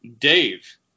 Dave